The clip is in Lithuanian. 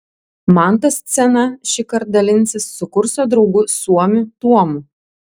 mantas scena šįkart dalinsis su kurso draugu suomiu tuomu